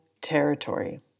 territory